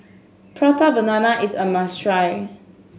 Prata Banana is a must try